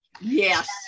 Yes